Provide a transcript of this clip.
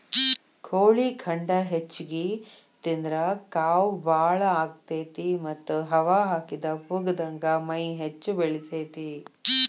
ಕೋಳಿ ಖಂಡ ಹೆಚ್ಚಿಗಿ ತಿಂದ್ರ ಕಾವ್ ಬಾಳ ಆಗತೇತಿ ಮತ್ತ್ ಹವಾ ಹಾಕಿದ ಪುಗ್ಗಾದಂಗ ಮೈ ಹೆಚ್ಚ ಬೆಳಿತೇತಿ